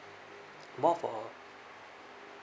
more for